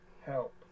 help